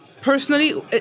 Personally